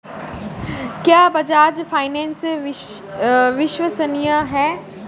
क्या बजाज फाइनेंस विश्वसनीय है?